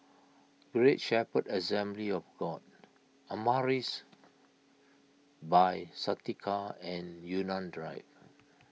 Great Shepherd Assembly of God Amaris By Santika and Yunnan Drive